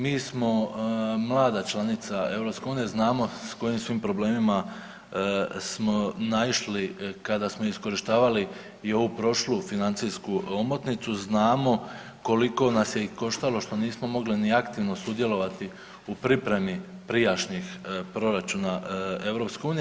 Mi smo mlada članica EU, znamo s kojim sve problemima smo naišli kada smo iskorištavali i ovu prošlu financijsku omotnicu, znamo koliko nas je i koštalo što nismo mogli ni aktivno sudjelovati u pripremi prijašnjih proračuna EU.